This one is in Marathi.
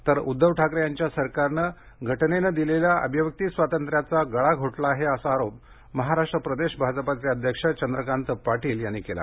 तर उद्दव ठाकरे यांच्या सरकारनं घटनेनम दिलेल्या अभिव्यक्ती स्वातंत्र्याचा गळा घोटला आहे असा आरोप महाराष्ट्र प्रदेश भाजपाचे अध्यक्ष चंद्रकांतदादा पाटील यांनी केला